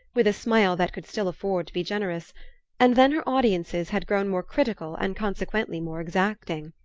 with a smile that could still afford to be generous and then her audiences had grown more critical and consequently more exacting.